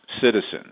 citizens